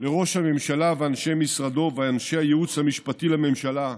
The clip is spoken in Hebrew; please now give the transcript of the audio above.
לראש הממשלה ואנשי משרדו ולאנשי הייעוץ המשפטי לממשלה,